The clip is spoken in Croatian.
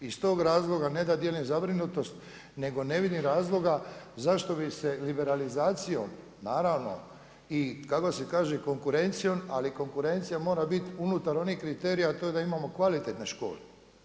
I iz tog razloga ne da dijelim zabrinutost, nego ne vidim razloga zašto bi se liberalizacijom, naravno i kako se kaže konkurencijom, ali konkurencija mora biti unutar onih kriterija, a to je da imamo kvalitetne škole.